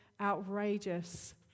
outrageous